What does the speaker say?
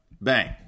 bang